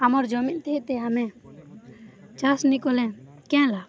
ଆମର୍ ଜମିତିହେ ତେ ଆମେ ଚାଷ୍ ନାଇଁ କଲେ କି ହେଲା